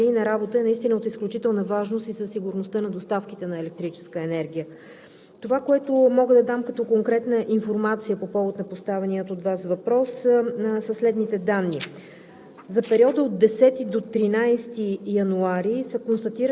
така че всичко, свързано с неговата сигурна и безаварийна работа, е наистина от изключителна важност и за сигурността на доставките на електрическа енергия. Това, което мога да дам като конкретна информация по повод поставения от Вас въпрос, са следните данни.